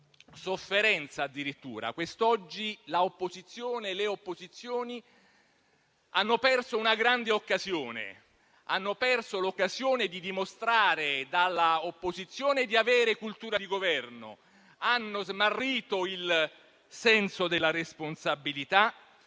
sofferenza, addirittura. Quest'oggi le opposizioni hanno perso la grande occasione di dimostrare dalla opposizione di avere cultura di Governo, hanno smarrito il senso della responsabilità